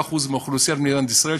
לכ-35% מהאוכלוסייה במדינת ישראל,